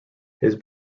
his